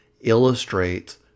illustrates